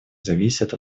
зависят